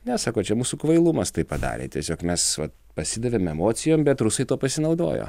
ne sako čia mūsų kvailumas tai padarė tiesiog mes vat pasidavėm emocijom bet rusai tuo pasinaudojo